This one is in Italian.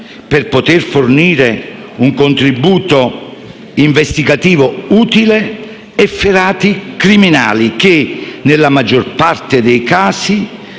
per poter fornire un contributo investigativo utile efferati criminali che, nella maggior parte dei casi,